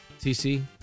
TC